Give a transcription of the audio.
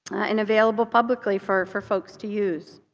and available publicly for for folks to use.